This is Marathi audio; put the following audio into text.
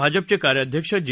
भाजपचे कार्याध्यक्ष जे